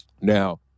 Now